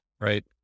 right